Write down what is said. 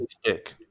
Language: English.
stick